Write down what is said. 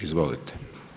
Izvolite.